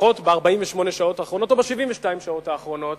לפחות ב-48 שעות האחרונות או ב-72 שעות האחרונות,